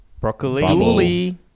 Broccoli